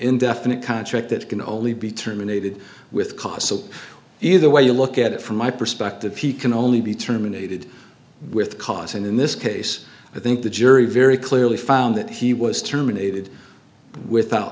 indefinite contract that can only be terminated with cause so either way you look at it from my perspective he can only be terminated with cause and in this case i think the jury very clearly found that he was terminated without